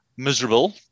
miserable